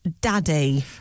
Daddy